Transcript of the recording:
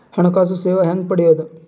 ಹಣಕಾಸು ಸೇವಾ ಹೆಂಗ ಪಡಿಯೊದ?